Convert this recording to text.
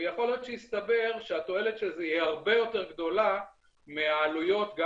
ויכול להיות שיסתבר שהתועלת של שזה היא הרבה יותר גדולה מהעלויות גם